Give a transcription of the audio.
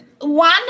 One